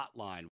Hotline